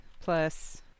plus